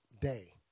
day